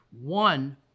One